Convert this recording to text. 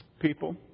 People